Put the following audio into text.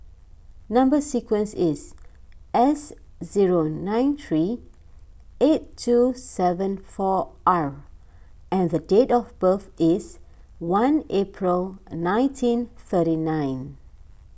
Number Sequence is S zero nine three eight two seven four R and date of birth is one April nineteen thirty nine